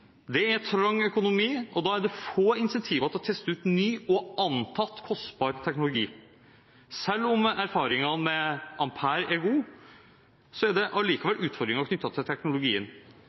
Det er trang økonomi, og da er det få incentiver til å teste ut ny og antatt kostbar teknologi. Selv om erfaringen med «Ampere» er god, er det allikevel utfordringer knyttet til teknologien.